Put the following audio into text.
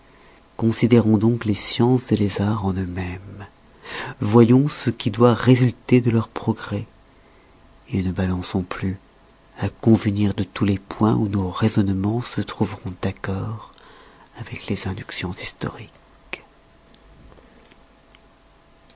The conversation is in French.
considérons donc les sciences les arts en eux-mêmes voyons ce qui doit résulter de leur progrès et ne balançons plus à convenir de tous les points où nos raisonnemens se trouveront d'accord avec les inductions historiques